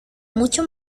mucho